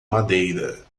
madeira